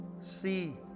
see